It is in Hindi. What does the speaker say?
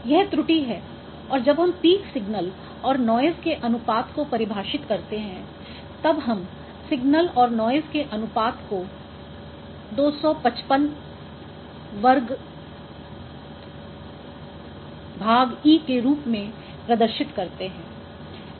यह त्रुटि है और जब हम पीक सिग्नल और नॉइज़ के अनुपात को परिभाषित करते हैं तब हम सिग्नल और नॉइज़ के अनुपात को 2 E के रूप में प्रदर्शित करते हैं